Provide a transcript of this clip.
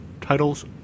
titles